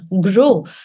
grow